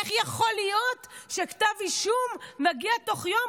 איך יכול להיות שכתב אישום מגיע תוך יום,